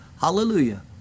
Hallelujah